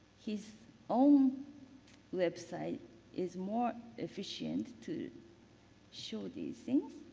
his own website is more efficient to show these things.